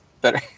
better